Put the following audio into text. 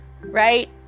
right